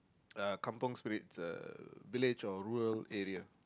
uh kampung Spirit uh a village of rural area